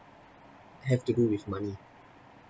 have to do with money